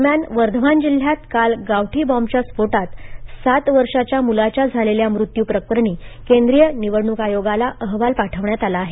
दरम्यान वर्धमान जिल्हयात काल गावठी बॉम्बच्या स्फोटात सात वर्षाच्या मुलाच्या झालेल्या मृत्युप्रकरणी केंद्रीय निवडणूक आयोगाला अहवाल पाठवण्यात आला आहे